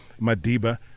madiba